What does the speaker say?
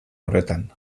horretan